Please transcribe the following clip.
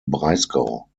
breisgau